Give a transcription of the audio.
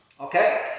Okay